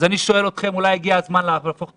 אז אני שואל אתכם: אולי הגיע הזמן להפוך את